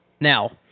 Now